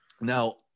now